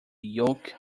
yoke